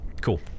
cool